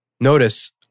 Notice